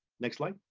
next slide.